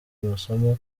amasomo